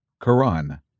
Quran